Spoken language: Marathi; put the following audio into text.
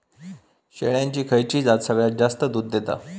शेळ्यांची खयची जात सगळ्यात जास्त दूध देता?